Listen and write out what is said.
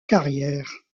carrière